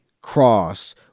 cross